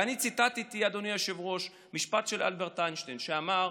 אני ציטטתי משפט של אלברט איינשטיין, שאמר: